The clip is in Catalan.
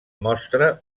mostra